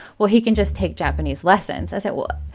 well, he can just take japanese lessons. i said, well,